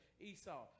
Esau